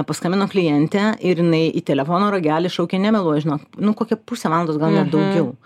paskambino klientė ir jinai į telefono ragelį šaukė nemeluoju žinok nu kokią pusę valandos gal net daugiau